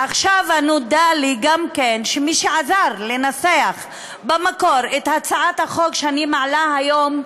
עכשיו גם נודע לי שמי שעזר לנסח במקור את הצעת החוק שאני מעלה היום,